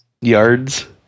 Yards